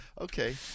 okay